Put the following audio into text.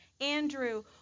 Andrew